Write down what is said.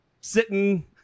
sitting